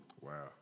Wow